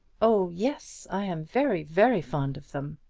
oh yes, i am very, very fond of them.